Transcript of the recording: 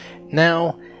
Now